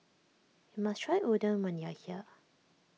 you must try Udon when you are here